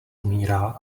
umírá